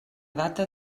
data